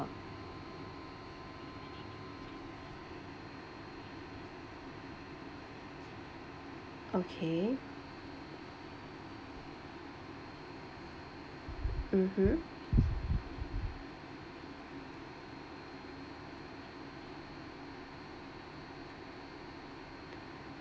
okay mmhmm